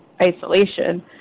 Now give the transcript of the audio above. isolation